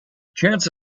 chance